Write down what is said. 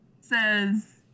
says